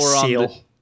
seal